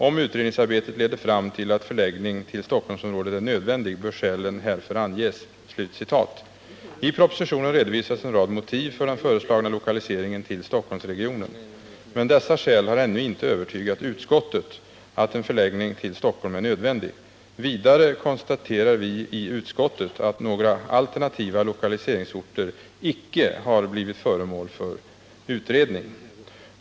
Om utredningsarbetet leder fram till att förläggning till Stockholmsområdet är nödvändig bör skälen härför anges.” I propositionen redovisas en rad motiv för den föreslagna lokaliseringen till Stockholmsregionen. Men dessa skäl har ännu inte övertygat utskottet om att en förläggning till Stockholm är nödvändig. Vidare konstaterar vi i utskottet att några alternativa lokaliseringsorter inte har blivit föremål för utredning.